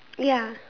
ya